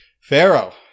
Pharaoh